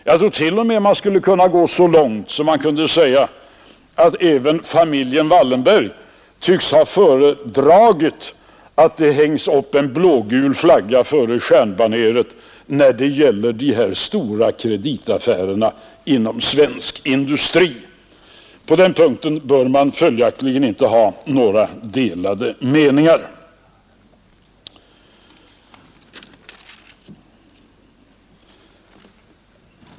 Jag tror t.o.m. att jag skulle kunna gå så långt som att säga att även familjen Wallenberg tycks ha föredragit en blågul flagga framför stjärnbaneret när det gäller de stora kreditaffärerna inom svensk industri. På den punkten bör det följaktligen inte råda några delade meningar.